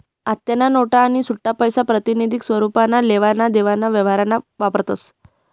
आत्तेन्या नोटा आणि सुट्टापैसा प्रातिनिधिक स्वरुपमा लेवा देवाना व्यवहारमा वापरतस